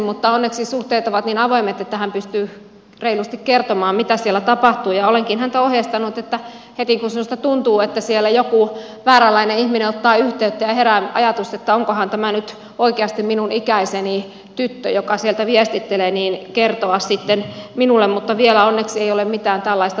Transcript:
mutta onneksi suhteet ovat niin avoimet että hän pystyy reilusti kertomaan mitä siellä tapahtuu ja olenkin häntä ohjeistanut että heti kun sinusta tuntuu että siellä joku vääränlainen ihminen ottaa yhteyttä ja herää ajatus onkohan tämä nyt oikeasti minun ikäiseni tyttö joka sieltä viestittelee pitää kertoa sitten minulle mutta vielä onneksi ei ole mitään tällaista tapahtunut